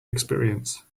experience